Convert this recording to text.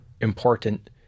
important